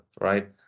right